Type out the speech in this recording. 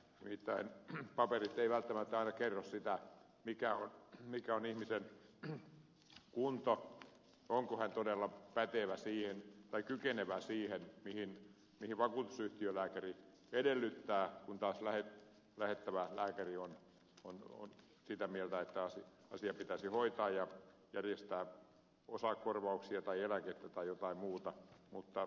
nimittäin paperit eivät välttämättä aina kerro sitä mikä on ihmisen kunto onko hän todella kykenevä siihen mihin vakuutusyhtiön lääkäri hänen edellyttää olevan vaikka lähettävä lääkäri olisi sitä mieltä että asia pitäisi hoitaa ja järjestää osakorvauksia tai eläkettä tai jotain muuta